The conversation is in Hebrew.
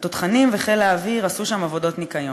התותחנים וחיל האוויר עשו שם עבודות ניקיון.